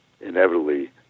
inevitably